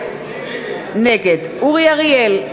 נגד אורי אריאל,